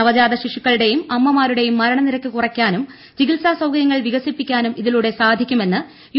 നവജാത ശിശുക്കളുടെയും അമ്മമാരുടേയും മരണ നിരക്ക് കുറയ്ക്കാനും ചികിത്സാ സൌകര്യങ്ങൾ വികസിപ്പിക്കാനും ഇതിലൂടെ സാധിക്കുമെന്ന് യു